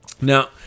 now